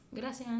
gracias